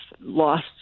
lost